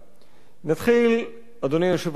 נתחיל, אדוני היושב-ראש, באזהרה.